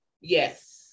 Yes